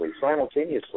Simultaneously